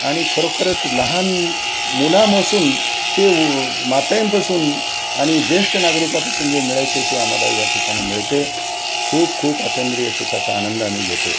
आणि खरोखरंच लहान मुलांपासून ते मातांपासून आणि ज्येष्ठ नागरिकांपासून जे मिळायचे ते आम्हाला या ठिकाणी मिळते खूप खूप अतीन्द्रिय सुखाचा आनंद आम्ही घेतो आहे